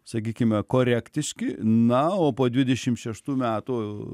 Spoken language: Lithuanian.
sakykime korektiški na o po dvidešim šeštų metų